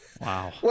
Wow